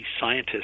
scientists